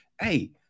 hey